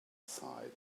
side